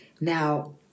Now